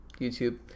YouTube